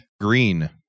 Green